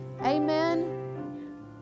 Amen